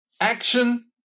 action